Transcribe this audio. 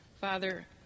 Father